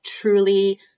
truly